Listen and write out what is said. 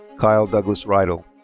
kyle douglas riedl.